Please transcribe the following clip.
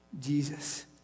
Jesus